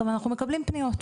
אבל אנחנו מקבלים פניות,